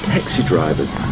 taxi drivers,